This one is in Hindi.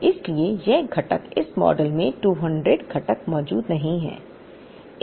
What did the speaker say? इसलिए यह घटक इस मॉडल में 200 घटक मौजूद नहीं है